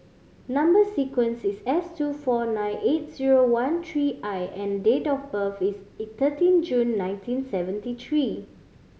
number sequence is S two four nine eight zero one three I and date of birth is thirteen June nineteen seventy three